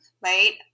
right